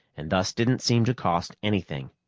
and thus didn't seem to cost anything.